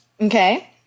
Okay